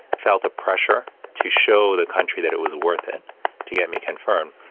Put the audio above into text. felt the pressure to show the country that it was worth it to get me confirmed.